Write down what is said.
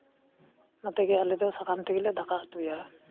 ᱚᱱᱟ ᱛᱮᱜᱮ ᱟᱞᱮ ᱫᱚ ᱥᱟᱠᱟᱢ ᱛᱮᱜᱮᱞᱮ ᱫᱟᱠᱟ ᱩᱛᱩᱭᱟ